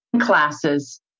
classes